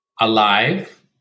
alive